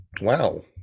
Wow